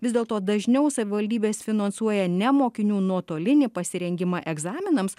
vis dėlto dažniau savivaldybės finansuoja ne mokinių nuotolinį pasirengimą egzaminams